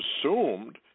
assumed